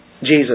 Jesus